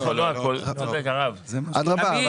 אני,